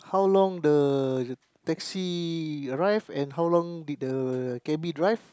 how long the taxi arrive and how long did the canby drive